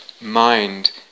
mind